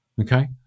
Okay